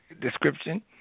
description